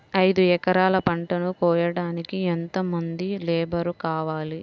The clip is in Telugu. ఐదు ఎకరాల పంటను కోయడానికి యెంత మంది లేబరు కావాలి?